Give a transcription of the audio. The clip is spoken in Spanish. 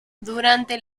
durante